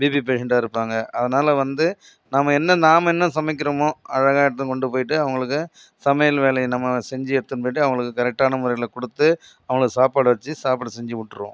BP பேஷண்ட்டா இருப்பாங்கள் அதனால வந்து நம்ம என்ன நாம என்ன சமைக்கிறமோ அழகா எடுத்து கொண்டு போயிட்டு அவங்களுக்கு சமையல் வேலையை நம்ம செஞ்சு எடுத்துனுட்டு போயிட்டு அவங்களுக்கு கரெக்ட்டான முறையில் கொடுத்து அவங்களுக்கு சாப்பாடு வச்சு சாப்பாடு செஞ்சு விட்டுருவோம்